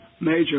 major